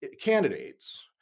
candidates